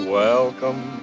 welcome